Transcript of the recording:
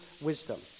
wisdom